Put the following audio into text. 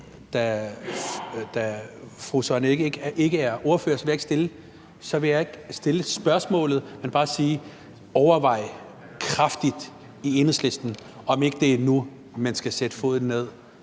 Rasmussen ikke er ordfører, vil jeg ikke stille et spørgsmål, men bare sige: Overvej kraftigt i Enhedslisten, om ikke det er nu, man skal sætte foden ned